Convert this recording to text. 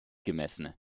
gemessen